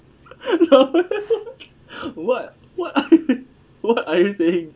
what what are you what are you saying